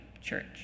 church